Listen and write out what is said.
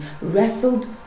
wrestled